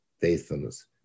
Faithfulness